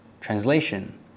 Translation